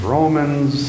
Romans